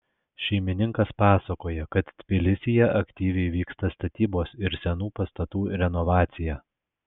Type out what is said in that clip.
šeimininkas pasakoja kad tbilisyje aktyviai vyksta statybos ir senų pastatų renovacija